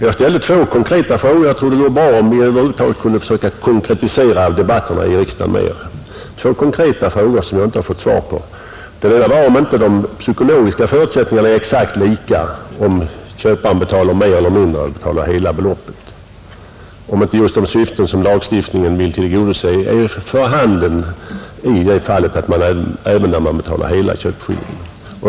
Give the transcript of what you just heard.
Jag ställde två konkreta frågor, som jag inte har fått svar på; jag tror det vore bra om vi över huvud taget kunde försöka konkretisera debatterna i riksdagen mera, Den ena frågan var om inte de psykologiska förutsättningarna är exakt lika om köparen betalar en del av beloppet eller hela beloppet och om inte just de syften som lagstiftningen vill tillgodose är för handen även i det fall då hela köpeskillingen erlagts.